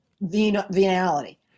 venality